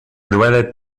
duele